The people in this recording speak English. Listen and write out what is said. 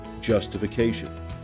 justification